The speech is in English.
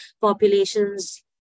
populations